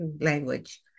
language